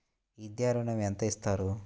విద్యా ఋణం ఎంత ఇస్తారు?